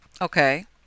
Okay